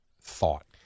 thought